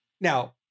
Now